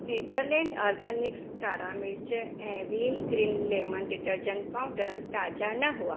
Natureland organics कारा मिर्चु ऐं वील ग्रीन लेमन डिटर्जेंट पाउडर ताज़ा न हुआ